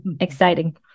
Exciting